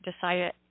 decided